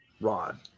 rod